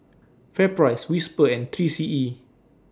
FairPrice Whisper and three C E